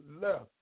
left